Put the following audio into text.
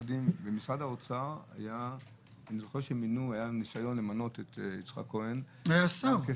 במשרד האוצר אני זוכר שהיה ניסיון למנות את יצחק כהן כשר,